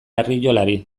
arriolari